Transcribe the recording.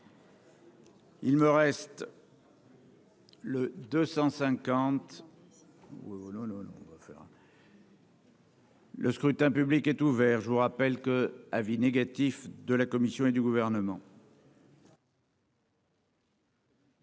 là, on va faire. Le scrutin public est ouvert, je vous rappelle que avis négatif de la Commission et du gouvernement.